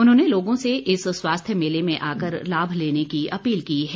उन्होंने लोगों से इस स्वास्थ्य मेले में आकर लाभ लेने की अपील की है